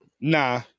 Nah